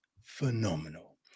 phenomenal